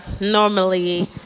normally